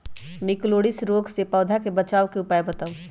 निककरोलीसिस रोग से पौधा के बचाव के उपाय बताऊ?